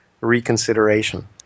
reconsideration